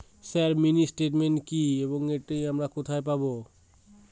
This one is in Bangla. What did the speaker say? স্যার মিনি স্টেটমেন্ট কি এবং এটি আমি কোথায় পাবো?